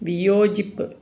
വിയോജിപ്പ്